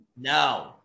no